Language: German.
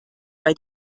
bei